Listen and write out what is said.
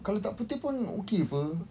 kalau tak putih pun okay apa